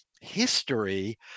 history